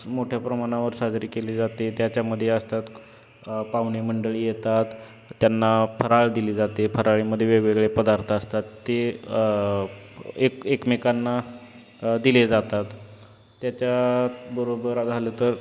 मोठ्या प्रमाणावर साजरी केली जाते त्याच्यामध्ये असतात पाहुणेमंडळी येतात त्यांना फराळ दिली जाते फराळीमध्ये वेगवेगळे पदार्थ असतात ते एक एकमेकांना दिले जातात त्याच्याबरोबर झालं तर